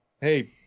Hey